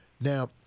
Now